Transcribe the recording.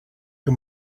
que